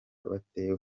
batewe